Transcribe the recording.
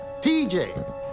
TJ